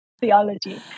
theology